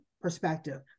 perspective